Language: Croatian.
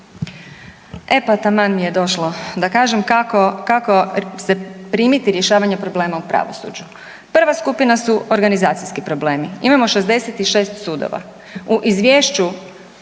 E pa taman mi je došlo da kažem kako se primiti rješavanja problema u pravosuđu. Prva skupina su organizacijski problemi. Imamo 66 sudova. U Izvješću